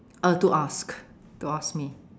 uh to ask to ask me